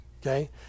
Okay